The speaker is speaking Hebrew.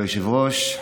אדוני היושב-ראש,